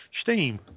Steam